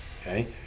okay